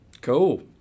cool